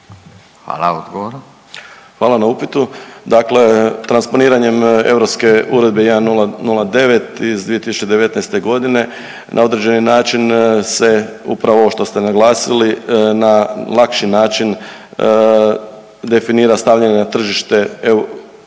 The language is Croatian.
Tugomir** Hvala na upitu, dakle transponiranjem europske Uredbe 1009 iz 2019.g. na određeni način se, upravo ovo što ste naglasili, na lakši način definira stavljanje na tržište EU